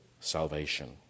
salvation